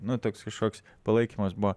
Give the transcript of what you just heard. nu toks kažkoks palaikymas buvo